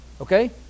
Okay